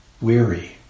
weary